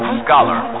scholar